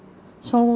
so